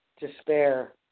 Despair